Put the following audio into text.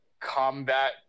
combat